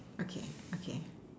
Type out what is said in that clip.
okay okay